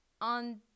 on